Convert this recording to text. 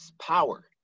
power